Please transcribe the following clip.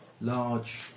large